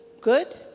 Good